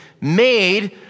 made